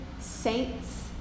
saints